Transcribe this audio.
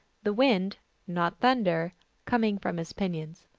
the wind not thunder coming from his pinions